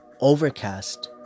Overcast